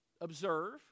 observe